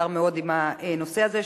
שעזר מאוד עם הנושא הזה,